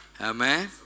amen